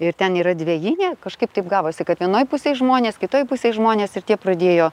ir ten yra dvejinė kažkaip taip gavosi kad vienoj pusėj žmonės kitoj pusėj žmonės ir tie pradėjo